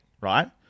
right